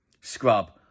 Scrub